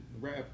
rap